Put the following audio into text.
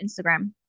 instagram